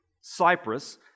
Cyprus